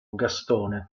gastone